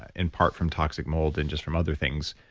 in part from toxic mold and just from other things,